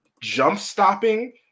jump-stopping